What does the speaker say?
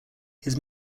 his